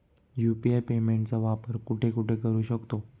UPI पेमेंटचा वापर कुठे कुठे करू शकतो?